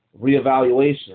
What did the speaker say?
Reevaluation